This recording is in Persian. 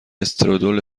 استرودل